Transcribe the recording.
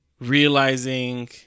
realizing